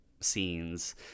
scenes